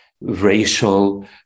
racial